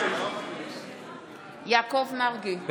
בעד יעקב מרגי,